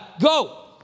Go